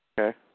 Okay